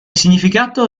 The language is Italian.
significato